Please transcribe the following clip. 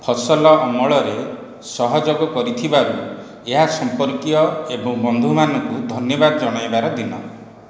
ଫସଲ ଅମଳରେ ସହଯୋଗ କରିଥିବାରୁ ଏହା ସମ୍ପର୍କୀୟ ଏବଂ ବନ୍ଧୁମାନଙ୍କୁ ଧନ୍ୟବାଦ ଜଣାଇବାର ଦିନ